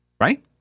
right